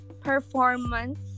performance